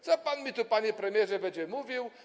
Co pan mi tu, panie premierze, będzie mówił?